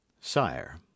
Sire